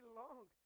long